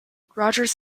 rogers